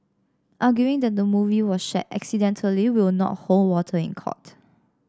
arguing that the movie was shared accidentally will not hold water in court